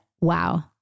wow